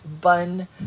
bun